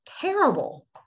terrible